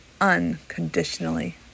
unconditionally